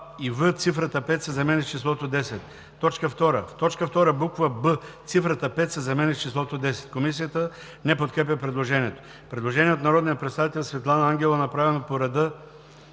и „в“ цифрата „5“ се заменя с числото „10“. 2. В т. 2, буква „б“ цифрата „5“ се заменя с числото „10“.“ Комисията не подкрепя предложението. Предложение от народния представител Светлана Ангелова, направено по реда